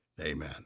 amen